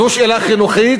זו שאלה חינוכית,